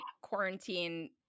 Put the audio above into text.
quarantine